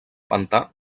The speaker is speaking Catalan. pantà